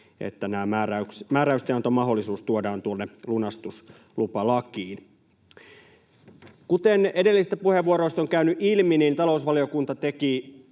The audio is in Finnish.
että tämä määräystenantomahdollisuus tuodaan tuonne lunastuslupalakiin. Kuten edellisistä puheenvuoroista on käynyt ilmi, niin talousvaliokunta teki